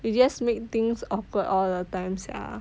you just make things awkward all the time sia